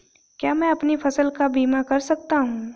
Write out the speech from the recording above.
क्या मैं अपनी फसल का बीमा कर सकता हूँ?